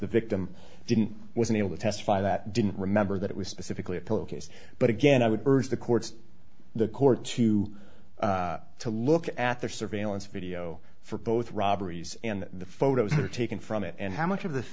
the victim didn't wasn't able to testify that didn't remember that it was specifically a pillow case but again i would urge the courts the court to to look at their surveillance video for both robberies and the photos are taken from it and how much of th